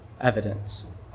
evidence